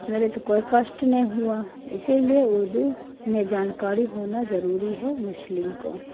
میرے تو کوئی کشٹ نہیں ہوا اسی لیے اردو میں جانکاری ہونا ضروری ہے مسلم کو